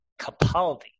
Capaldi